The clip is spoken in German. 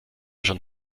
schon